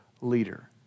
leader